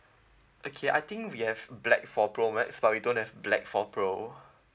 okay I think we have black for pro max but we don't have black for pro